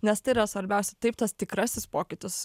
nes tai yra svarbiausia taip tas tikrasis pokytis